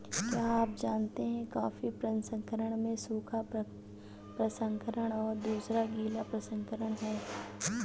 क्या आप जानते है कॉफ़ी प्रसंस्करण में सूखा प्रसंस्करण और दूसरा गीला प्रसंस्करण है?